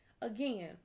Again